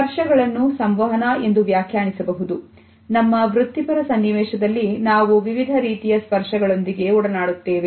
ಸ್ಪರ್ಶ ಗಳನ್ನು ಸಂವಹನ ಎಂದು ವ್ಯಾಖ್ಯಾನಿಸಬಹುದು ನಮ್ಮ ವೃತಿಪರ ಸನ್ನಿವೇಶದಲ್ಲಿ ನಾವು ವಿವಿಧ ರೀತಿಯ ಸ್ಪರ್ಶ ಗಳೊಂದಿಗೆ ಒಡನಾಡುತ್ತೇವೆ